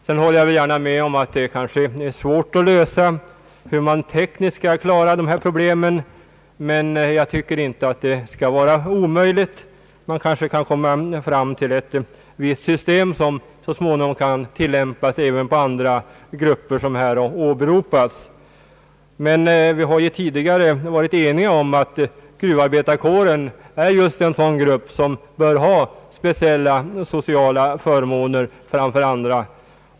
Jag håller gärna med om att det inte är lätt att tekniskt lösa alla dessa problem, men jag tycker att det inte bör vara omöjligt att genomföra ett visst system, som så småningom kan tillämpas även för andra grupper som här har åberopats. Men vi har ju tidigare varit eniga om att gruvarbetarkåren är just en sådan kår, som bör ha speciella sociala förmåner framför andra.